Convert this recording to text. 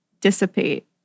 dissipate